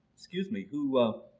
excuse me, who